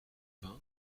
vingt